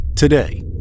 Today